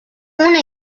una